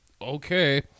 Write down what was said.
okay